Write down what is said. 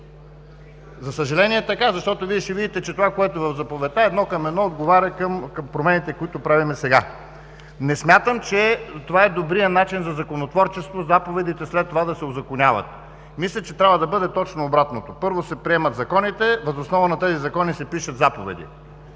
За съжаление е така. Защото Вие ще видите, че това, което е в заповедта, едно към едно отговаря на промените, които правим сега. Не смятам, че това е добрият начин за законотворчество – заповедите след това да се узаконяват. Мисля, че трябва да бъде точно обратното. Първо се приемат законите. Въз основа на тези закони се пишат заповеди.